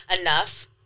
enough